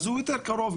אז הוא יותר קרוב,